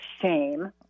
shame